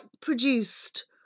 produced